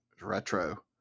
retro